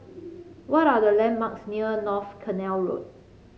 what are the landmarks near North Canal Road